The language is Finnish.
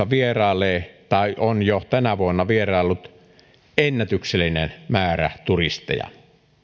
vierailee tai on jo tänä vuonna vieraillut ennätyksellinen määrä turisteja